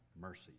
mercy